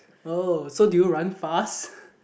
oh so do you run fast